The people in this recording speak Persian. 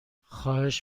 خواهش